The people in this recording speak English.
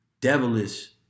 devilish